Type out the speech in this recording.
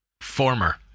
Former